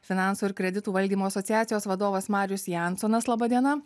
finansų ir kreditų valdymo asociacijos vadovas marius jansonas laba diena